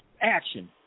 action